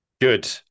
Good